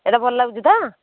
ଏଇଟା ଭଲ ଲାଗୁଛି ତ